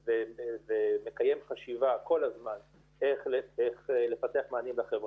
וגם הדיווחים של אנשי המקצוע שם הם דיווחים של איזו שהיא שגרה